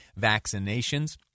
vaccinations